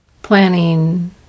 planning